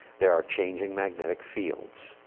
there are changing magnetic fields.